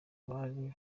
abari